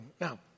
Now